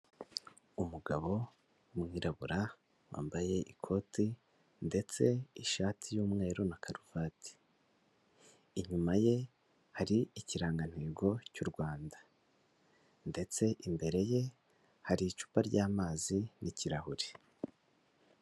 Umugabo w'umwirabura wambaye ikoti ndetse ishati y'umweru na karuvati. Inyuma ye hari ikirangantego cy'u Rwanda ndetse imbere ye hari icupa ry'amazi n'ikirahure.